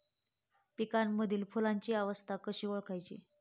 पिकांमधील फुलांची अवस्था कशी ओळखायची?